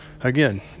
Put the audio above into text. again